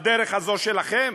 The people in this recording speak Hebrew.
בדרך הזאת שלכם,